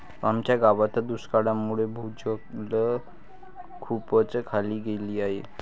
आमच्या गावात दुष्काळामुळे भूजल खूपच खाली गेले आहे